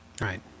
right